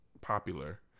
popular